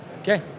Okay